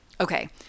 Okay